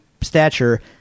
stature